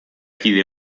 kide